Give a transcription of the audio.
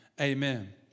amen